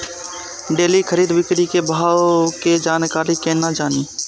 Daily खरीद बिक्री के भाव के जानकारी केना जानी?